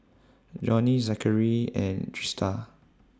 Johney Zachary and Trista